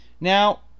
Now